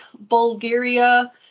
Bulgaria